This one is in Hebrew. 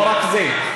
לא רק זה.